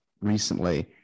recently